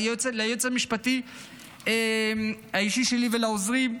ליועץ המשפטי האישי שלי ולעוזרים.